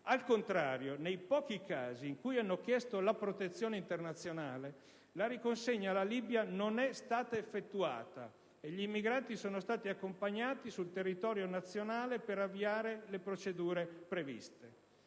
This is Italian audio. Al contrario, nei pochi casi in cui gli stranieri hanno chiesto la protezione internazionale, la riconsegna alla Libia non è stata effettuata e gli immigrati sono stati accompagnati sul territorio nazionale per avviare le procedure previste.